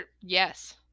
Yes